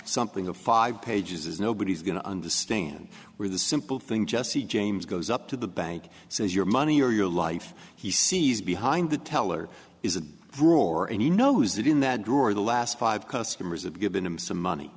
something a five pages is nobody's going to understand where the simple thing just see james goes up to the bank says your money or your life he sees behind the teller is a drawer and he knows that in that drawer the last five customers have given him some money